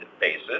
basis